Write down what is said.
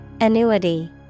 Annuity